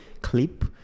clip